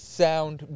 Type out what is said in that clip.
sound